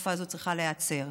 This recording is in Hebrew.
הקטסטרופה הזאת צריכה להיעצר,